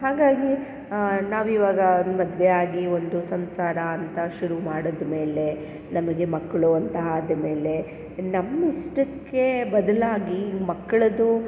ಹಾಗಾಗಿ ನಾವೀವಾಗ ಮದುವೆ ಆಗಿ ಒಂದು ಸಂಸಾರ ಅಂತ ಶುರು ಮಾಡಿದ್ಮೇಲೆ ನಮಗೆ ಮಕ್ಕಳು ಅಂತ ಆದಮೇಲೆ ನಮ್ಮಿಷ್ಟಕ್ಕೆ ಬದಲಾಗಿ ಮಕ್ಳದ್ದು